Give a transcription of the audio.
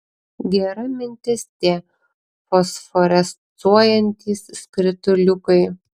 gera mintis tie fosforescuojantys skrituliukai